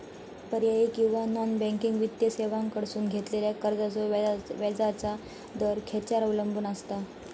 पर्यायी किंवा non banking वित्तीय सेवांकडसून घेतलेल्या कर्जाचो व्याजाचा दर खेच्यार अवलंबून आसता?